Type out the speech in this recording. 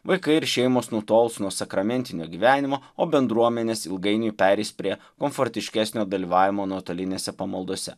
vaikai ir šeimos nutols nuo sakramentinio gyvenimo o bendruomenės ilgainiui pereis prie komfortiškesnio dalyvavimo nuotolinėse pamaldose